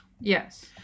yes